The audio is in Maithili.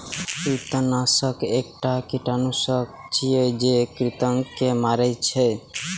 कृंतकनाशक एकटा कीटनाशक छियै, जे कृंतक के मारै छै